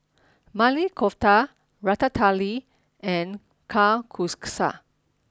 Maili Kofta Ratatouille and Kalguksu